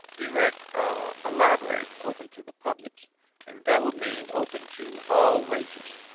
erect a library open to the public and that would mean open to all races.